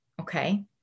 Okay